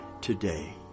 today